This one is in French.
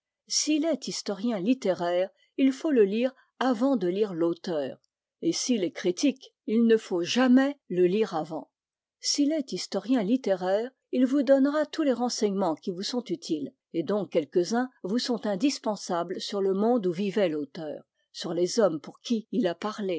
s'il est historien littéraire il faut le lire avant de lire l'auteur et s'il est critique il ne faut jamais le lire avant s'il est historien littéraire il vous donnera tous les renseignements qui vous sont utiles et dont quelques-uns vous sont indispensables sur le monde où vivait l'auteur sur les hommes pour qui il a parlé